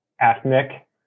ethnic